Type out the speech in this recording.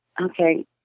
okay